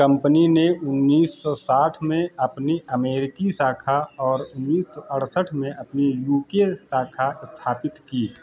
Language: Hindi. कंपनी ने उन्नीस सौ साठ में अपनी अमेरिकी शाखा और उन्नीस सौ अड़सठ में अपनी यू के शाखा स्थापित की